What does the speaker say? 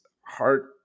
heart